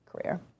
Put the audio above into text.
career